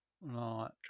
Right